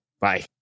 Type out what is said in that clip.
bye